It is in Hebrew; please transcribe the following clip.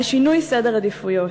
על שינוי סדר עדיפויות.